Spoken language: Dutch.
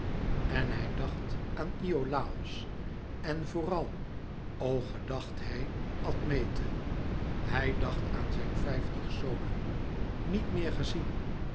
en hij dacht aan iolàos en vooral o gedacht hij admete hij dacht aan zijn vijftig zonen niet meer gezien